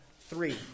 three